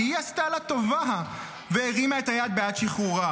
כי היא עשתה לה טובה והרימה את היד בעד שחרורה.